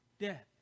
Death